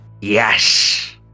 Yes